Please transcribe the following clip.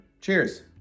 Cheers